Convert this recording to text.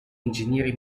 ingegneri